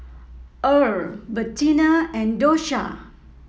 Earle Bettina and Dosha